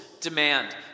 demand